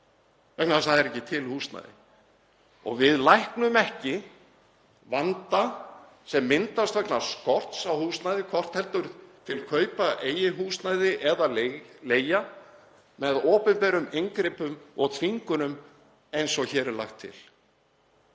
vegna þess að það er ekki til húsnæði. Við læknum ekki vanda sem myndast vegna skorts á húsnæði, hvort heldur er til kaupa á eigin húsnæði eða til leigu, með opinberum inngripum og þvingunum eins og hér er lagt til.